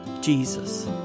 Jesus